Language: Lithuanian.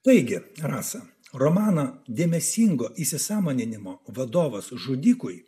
taigi rasa romaną dėmesingo įsisąmoninimo vadovas žudikui